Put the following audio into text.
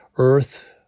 Earth